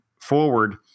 forward